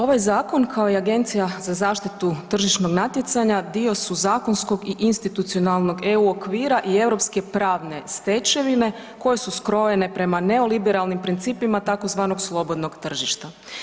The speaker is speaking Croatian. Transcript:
Ovaj zakon kao i Agencija za zaštitu tržišnog natjecanja dio su zakonskog i institucionalnog EU okvira i europske pravne stečevine koje su skrojene prema neoliberalnim principima tzv. slobodnog tržišta.